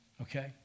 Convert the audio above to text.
Okay